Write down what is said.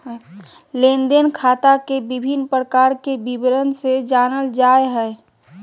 लेन देन खाता के विभिन्न प्रकार के विवरण से जानल जाय हइ